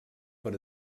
per